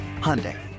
Hyundai